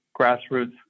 grassroots